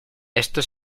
esto